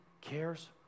cares